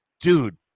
dude